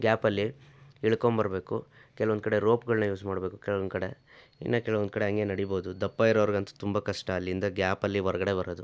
ಗ್ಯಾಪಲ್ಲಿ ಇಳ್ಕೊಂಬರಬೇಕು ಕೆಲವೊಂದು ಕಡೆ ರೋಪ್ಗಳನ್ನ ಯೂಸ್ ಮಾಡಬೇಕು ಕೆಲವೊಂದು ಕಡೆ ಇನ್ನೂ ಕೆಲವೊಂದು ಕಡೆ ಹಂಗೆ ನಡೆಬೋದು ದಪ್ಪ ಇರೋವ್ರಿಗಂತೂ ತುಂಬ ಕಷ್ಟ ಅಲ್ಲಿಂದ ಗ್ಯಾಪಲ್ಲಿ ಹೊರ್ಗಡೆ ಬರೋದು